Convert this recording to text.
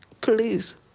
Please